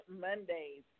Mondays